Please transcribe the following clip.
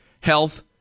health